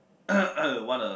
want a